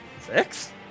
six